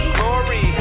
glory